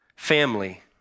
family